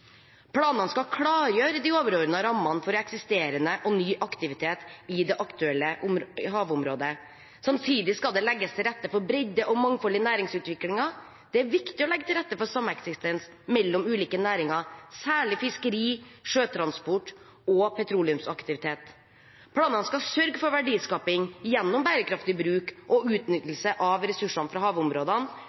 Planene skal klargjøre de overordnede rammene for eksisterende og ny aktivitet i det aktuelle havområdet, samtidig skal det legges til rette for bredde og mangfold i næringsutviklingen. Det er viktig å legge til rette for sameksistens mellom ulike næringer, særlig fiskeri, sjøtransport og petroleumsaktivitet. Planene skal sørge for verdiskaping gjennom bærekraftig bruk og utnyttelse av ressursene fra havområdene,